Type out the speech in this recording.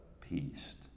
peace